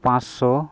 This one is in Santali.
ᱯᱟᱸᱪ ᱥᱚ